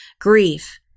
grief